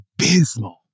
Abysmal